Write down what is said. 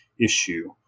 issue